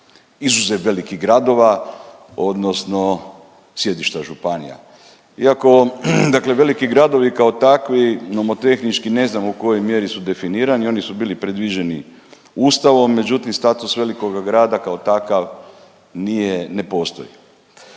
izuzev velikih gradova odnosno sjedišta županija. Iako, dakle veliki gradovi kao takvi nomotehnički ne znam u kojoj mjeri su definirani oni su bili predviđeni Ustavom međutim status velikoga grada kao takav nije ne postoji